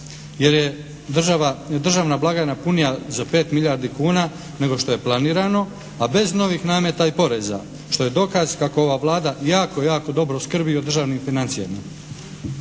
i državna blagajna punija za 5 milijardi kuna nego što je planirano a bez novih nameta i poreza što je dokaz kako ova Vlada jako, jako dobro skrbi o državnim financijama.